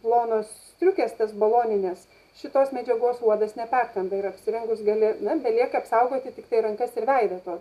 plonos striukės tas baloninės šitos medžiagos uodas neperkanda ir apsirengus gali na belieka apsaugoti tiktai rankas ir veidą to